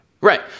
Right